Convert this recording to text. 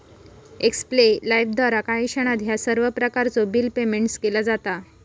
एक्स्पे लाइफद्वारा काही क्षणात ह्या सर्व प्रकारचो बिल पेयमेन्ट केला जाता